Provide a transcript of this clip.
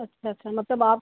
अच्छा अच्छा मतलब आप